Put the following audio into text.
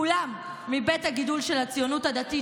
כולם מבית הגידול של הציונות הדתית,